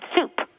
soup